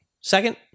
Second